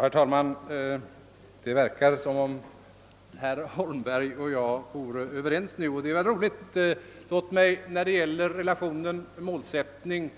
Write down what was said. Herr talman! Det verkar som om herr Holmberg och jag vore överens nu och det är ju roligt. Låt mig i fråga om det inte finns någonting